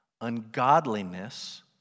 Ungodliness